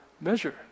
measure